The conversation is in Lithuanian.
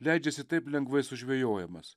leidžiasi taip lengvai sužvejojamas